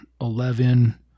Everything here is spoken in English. eleven